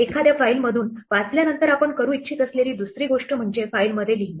एखाद्या फाईलमधून वाचल्यानंतर आपण करू इच्छित असलेली दुसरी गोष्ट म्हणजे फाईलमध्ये लिहिणे